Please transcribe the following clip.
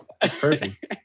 Perfect